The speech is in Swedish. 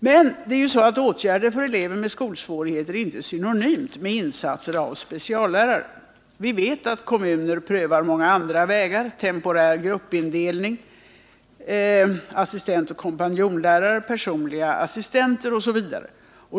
Men åtgärder för elever med skolsvårigheter är inte synonymt med insatser av speciallärare. Vi vet att kommunerna prövar många andra vägar, t.ex. temporär gruppindelning, assistentoch kompanjonlärare, personliga assistenter osv.